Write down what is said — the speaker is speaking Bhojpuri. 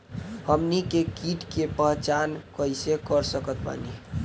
हमनी के कीट के पहचान कइसे कर सकत बानी?